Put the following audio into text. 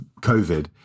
COVID